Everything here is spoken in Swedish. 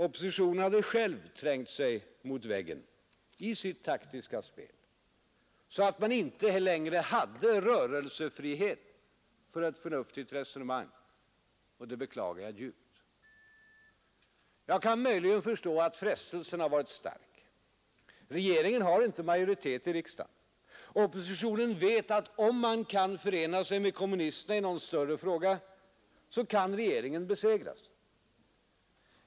Oppositionen hade själv trängt sig mot väggen i sitt taktiska spel, så att den inte längre hade rörelsefrihet för ett förnuftigt resonemang, vilket jag djupt beklagar. Jag kan möjligen förstå att frestelsen här varit stark. Regeringen har inte majoritet i riksdagen. Oppositionen vet att om den kan förena sig med kommunisterna i någon större fråga, kan regeringen besegras.